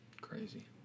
Crazy